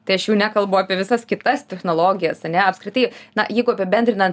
tai aš jau nekalbu apie visas kitas technologijas ar ne apskritai na jeigu apibendrinant